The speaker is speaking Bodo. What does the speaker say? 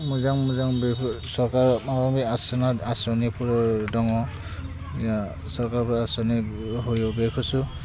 मोजां मोजां बेफोर सरकाराव माबाबि आसोनात आसनिफोर दङ सरकारफोर आसनि होयो बेखौसो